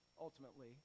ultimately